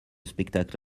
spectacle